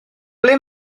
ble